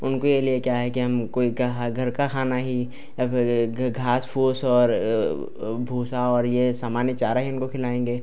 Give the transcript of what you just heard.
उनके लिए क्या है कि हम कोई घर का खाना ही या फिर घास फूस और भूसा और यह सामान्य चारा ही उनको खिलाएँगे